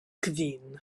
kvin